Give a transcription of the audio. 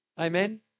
Amen